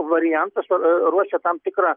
variantas ruošia tam tikrą